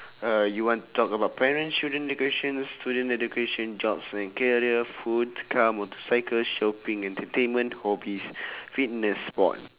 uh you want to talk about parents children education student education jobs and career food car motorcycles shopping entertainment hobbies fitness sport